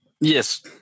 Yes